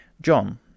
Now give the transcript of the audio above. John